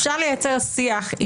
אפשר לייצר שיח,